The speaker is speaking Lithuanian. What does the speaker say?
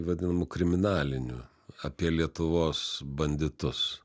vadinamų kriminalinių apie lietuvos banditus